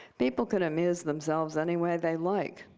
people can amuse themselves any way they like.